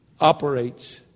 operates